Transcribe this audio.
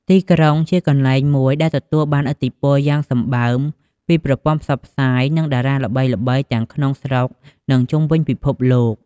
ទីក្រុងជាកន្លែងមួយ ដែលទទួលបានឥទ្ធិពលយ៉ាងសម្បើមពីប្រព័ន្ធផ្សព្វផ្សាយ និង តារាល្បីៗទាំងក្នុងស្រុក និងជុំវិញពិភពលោក។